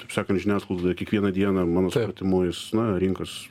taip sakant žiniasklaidoje kiekvieną dieną mano supratimu jis na rinkos